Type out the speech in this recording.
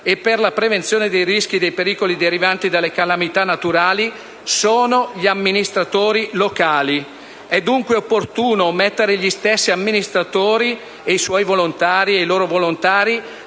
e per la prevenzione dei rischi dei pericoli derivanti dalle calamità naturali sono gli amministratori locali. È dunque opportuno mettere gli stessi amministratori e i loro volontari al centro